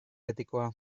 betikoa